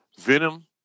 Venom